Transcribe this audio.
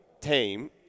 team